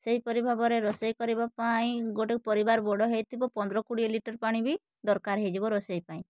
ସେହିପରି ଭାବରେ ରୋଷେଇ କରିବା ପାଇଁ ଗୋଟେ ପରିବାର ବଡ଼ ହେଇଥିବ ପନ୍ଦର କୋଡ଼ିଏ ଲିଟର୍ ପାଣି ବି ଦରକାର ହେଇଯିବ ରୋଷେଇ ପାଇଁ